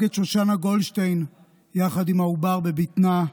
את שושנה גולדשטיין עם העובד בבטנה,